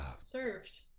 served